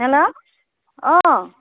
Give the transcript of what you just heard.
hello অঁ